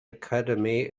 academy